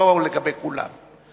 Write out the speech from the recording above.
לא לגבי כולם.